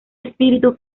espíritu